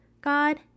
God